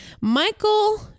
Michael